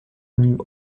new